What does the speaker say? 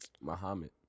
Muhammad